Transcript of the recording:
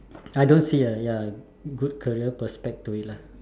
I don't see a ya good career prospect to it lah